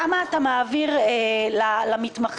כמה אתה מעביר למתמחים?